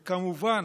וכמובן,